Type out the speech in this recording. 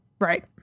right